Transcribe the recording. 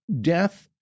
death